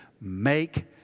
make